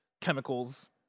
chemicals